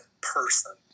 person